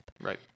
Right